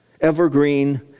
evergreen